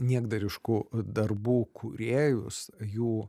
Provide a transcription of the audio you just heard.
niekdariškų darbų kūrėjus jų